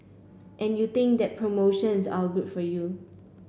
and you think that promotions are good for you